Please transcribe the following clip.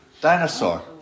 dinosaur